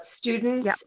students